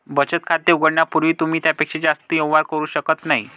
बचत खाते उघडण्यापूर्वी तुम्ही त्यापेक्षा जास्त व्यवहार करू शकत नाही